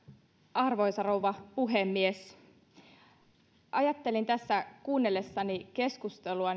arvoisa rouva puhemies ajattelin tässä kuunnellessani keskustelua